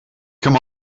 come